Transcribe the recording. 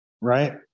right